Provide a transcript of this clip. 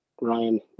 Ryan